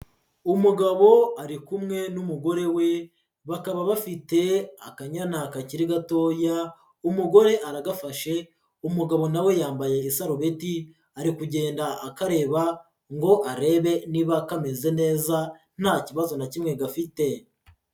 Umugabo ari kumwe n'umugore we, bakaba bafite akanyana kakiri gatoya, umugore aragafashe, umugabo na we yambaye isarubeti, ari kugenda akareba ngo arebe niba kameze neza nta kibazo na kimwe gafite.